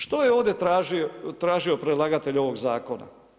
Što je ovdje tražio predlagatelj ovoga zakona?